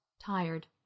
tired